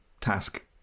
task